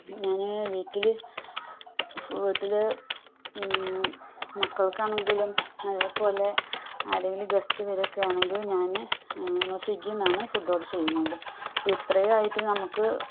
ഞാൻ വീട്ടിൽ വീട്ടിൽ മക്കൾക്കാണെങ്കിലും അതേപോലെ ആരെങ്കിലും ഗസ്റ്റ് വരികയൊക്കെ ആണെങ്കിൽ ഞാൻ സ്വിഗ്ഗിയിൽ നിന്നാണ് ഫുഡ് ഓർഡർ ചെയ്യുന്നത് അപ്പം ഇത്രയായിട്ടും നമുക്ക്